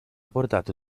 portato